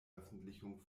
veröffentlichung